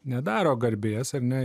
nedaro garbės ar ne